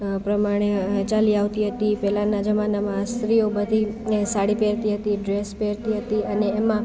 પ્રમાણે ચાલી આવતી હતી પહેલાના જમાનામાં સ્ત્રીઓ બધી એ સાડી પહેરતી હતી ડ્રેસ પહેરતી હતી અને એમાં